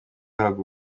ahabwa